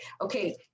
okay